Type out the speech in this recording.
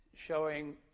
showing